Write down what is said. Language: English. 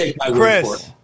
chris